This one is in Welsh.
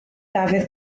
dafydd